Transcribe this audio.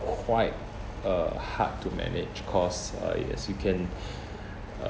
quite uh hard to manage cause uh yes you can